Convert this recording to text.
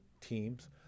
teams